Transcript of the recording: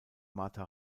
martha